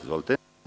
Izvolite.